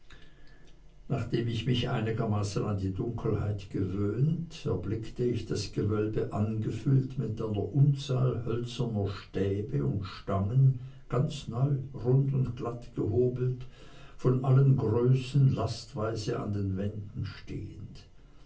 nachdem ich mich einigermaßen an die dunkelheit gewöhnt erblickte ich das gewölbe angefüllt mit einer unzahl hölzerner stäbe und stangen ganz neu rund und glatt gehobelt von allen größen lastweise an den wänden stehend